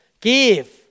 Give